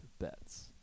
bets